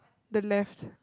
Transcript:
the left